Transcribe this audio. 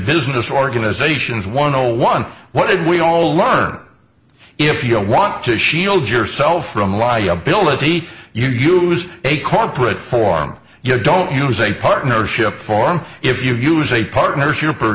business organizations one o one what did we all learn if you want to shield yourself from liability you was a corporate form you don't use a partnership form if you use a partnership or